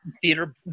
theater